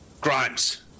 Grimes